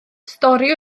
stori